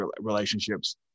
relationships